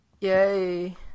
Yay